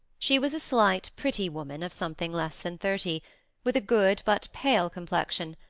she was a slight, pretty woman of something less than thirty with a good, but pale, complexion,